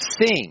sing